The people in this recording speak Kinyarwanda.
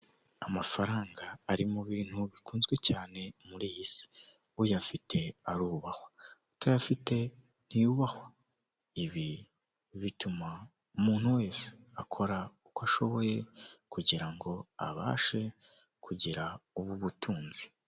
Amafaranga y'amadorari azinze mu mifungo akaba ari imifungo itandatu iyi mifungo uyibonye yaguhindurira ubuzima rwose kuko amadolari ni amafaranga menshi cyane kandi avunjwa amafaranga menshi uyashyize mumanyarwanda rero uwayaguha wahita ugira ubuzima bwiza.